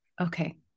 Okay